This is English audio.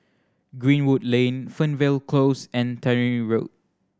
Greenwood Lane Fernvale Close and Tannery Road